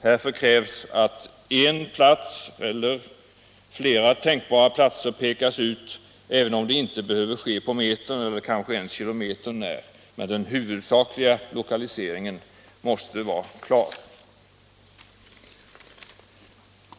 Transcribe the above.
Härför krävs att en plats eller flera tänkbara platser pekas ut även om det inte behöver ske på metern eller kanske ens kilometern när. Men den huvudsakliga lokaliseringen måste vara klar.